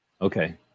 Okay